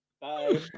Bye